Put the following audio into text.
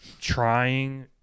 trying